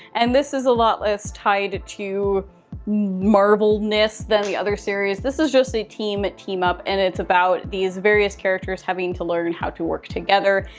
and this is a lot less tied to marvel-ness thn the other series. this is just a teen team-up and it's about these various characters having to learn how to work together.